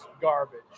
garbage